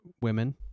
women